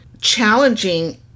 challenging